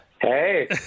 Hey